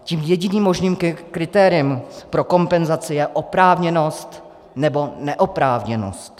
Tím jediným možným kritériem pro kompenzaci je oprávněnost nebo neoprávněnost.